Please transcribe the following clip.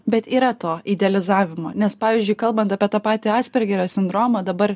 bet yra to idealizavimo nes pavyzdžiui kalbant apie tą patį aspergerio sindromą dabar